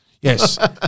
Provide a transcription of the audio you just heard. Yes